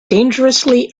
dangerously